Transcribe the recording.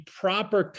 proper